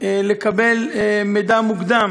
לקבל מידע מוקדם